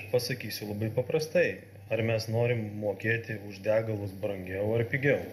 pasakysiu labai paprastai ar mes norim mokėti už degalus brangiau ar pigiau